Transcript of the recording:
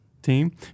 Team